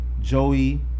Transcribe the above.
Joey